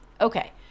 Okay